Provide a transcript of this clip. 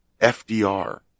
FDR